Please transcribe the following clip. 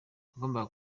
yagombaga